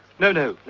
no no.